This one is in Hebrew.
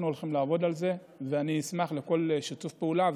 אנחנו הולכים לעבוד על זה, ואשמח לכל שיתוף פעולה.